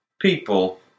people